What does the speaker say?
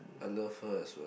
I love her as well